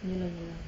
iya lah iya lah